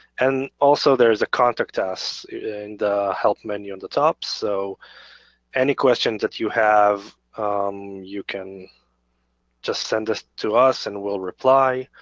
and also there's a contact us in the help menu in the top, so any question that you have you can just send it to us and we'll reply.